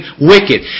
wicked